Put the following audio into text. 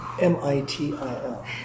M-I-T-I-L